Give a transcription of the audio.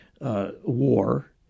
war